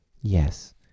Yes